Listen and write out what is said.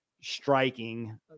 striking